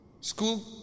School